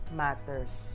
matters